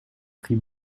pris